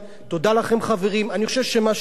אני חושב שמה שאתם רואים כאן זה עדות